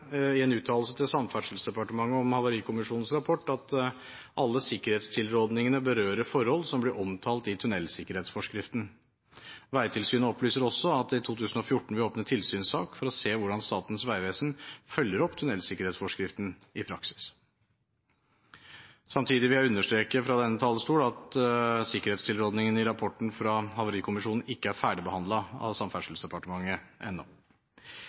i en uttalelse til Samferdselsdepartementet om Havarikommisjonens rapport at alle sikkerhetstilrådingene berører forhold som ble omtalt i tunnelsikkerhetsforskriften. Vegtilsynet opplyser også at de i 2014 vil åpne tilsynssak for å se hvordan Statens vegvesen følger opp tunnelsikkerhetsforskriften i praksis. Samtidig vil jeg understreke fra denne talerstol at sikkerhetstilrådingen i rapporten fra Havarikommisjonen ikke er ferdigbehandlet av Samferdselsdepartementet ennå.